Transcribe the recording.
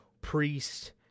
Priest